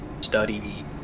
study